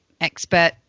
expert